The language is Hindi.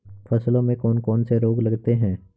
फसलों में कौन कौन से रोग लगते हैं?